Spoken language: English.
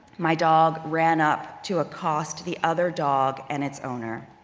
my dog ran up to accost the other dog and its owner.